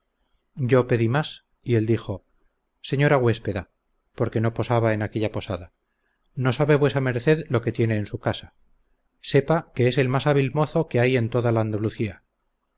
yo pedí más y él dijo señora huéspeda porque no posaba en aquella posada no sabe vuesa merced lo que tiene en su casa sepa que es el mas hábil mozo que hay en toda la andalucía